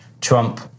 Trump